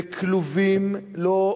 בכלובים, לא,